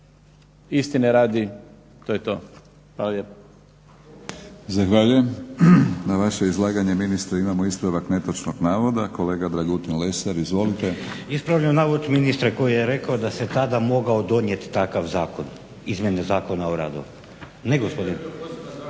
Istine radi, to je to. Hvala